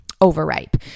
overripe